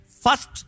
First